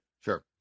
Sure